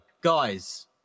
Guys